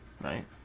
right